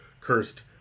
Cursed